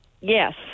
Yes